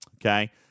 Okay